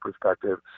perspective